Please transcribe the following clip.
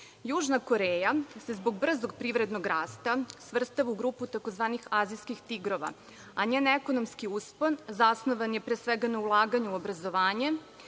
Južna Koreja se zbog brzog privrednog rasta svrstava u grupu takozvanih azijskih tigrova, a njen ekonomski uspon zasnovan je pre svega na ulaganju u obrazovanje,